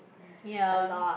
ya